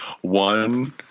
one